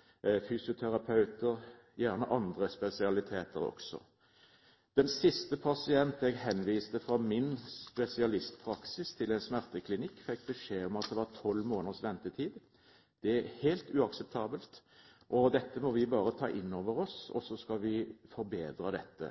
og gjerne også andre spesialiteter. Den siste pasienten jeg henviste fra min spesialistpraksis til en smerteklinikk, fikk beskjed om at det var tolv måneders ventetid. Det er helt uakseptabelt. Dette må vi bare ta inn over oss, og så skal vi forbedre det.